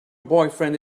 boyfriend